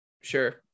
sure